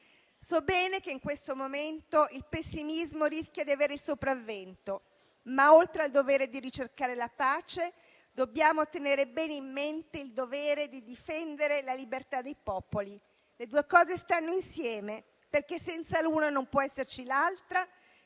So bene che in questo momento il pessimismo rischia di avere il sopravvento. Ma, oltre al dovere di ricercare la pace, dobbiamo tenere bene in mente il dovere di difendere la libertà dei popoli. Le due cose stanno insieme, perché senza l'una non può esserci l'altra: